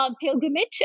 pilgrimage